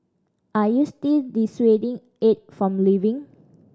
are you still dissuading Aide from leaving